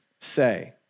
say